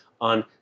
on